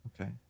Okay